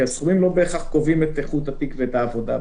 כי הסכומים לא בהכרח קובעים את איכות התיק ואת העבודה בתיק.